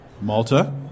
Malta